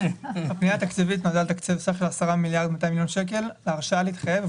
פניה תקציבית נועדה לתקצוב בסך של 10.2 מיליארד ₪ וההרשאה להתחייב,